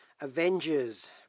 Avengers